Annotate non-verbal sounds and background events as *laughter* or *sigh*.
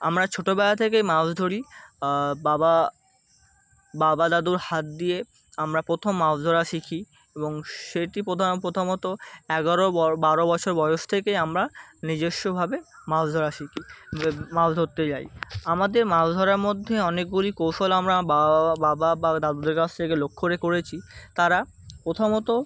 আমরা ছোটোবেলা থেকেই মাছ ধরি বাবা বাবা দাদুর হাত দিয়ে আমরা প্রথম মাছ ধরা শিখি এবং সেটি পধা প্রথমত এগারো বর বারো বছর বয়স থেকে আমরা নিজস্বভাবে মাছ ধরা শিখি মাছ ধরতে যাই আমাদের মাছ ধরার মধ্যে অনেকগুলি কৌশল আমরা *unintelligible* বা বাবা বা দাদুদের কাছ থেকে লক্ষ রে করেছি তারা প্রথমত